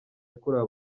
yakorewe